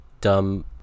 dumb